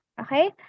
Okay